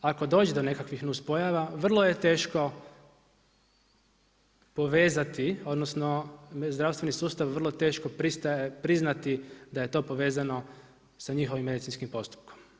Ako dođe do nekakvih nuspojava, vrlo je teško povezati odnosno zdravstveni sustav vrlo teško pristaje priznati da je to povezano sa njihovim medicinskim postupkom.